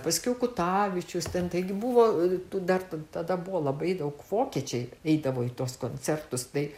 paskiau kutavičiaus ten taigi buvo dar tada buvo labai daug vokiečiai eidavo į tuos koncertus tai